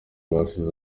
basize